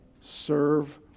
Serve